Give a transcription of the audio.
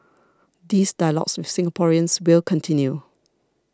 these dialogues with Singaporeans will continue